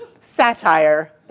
Satire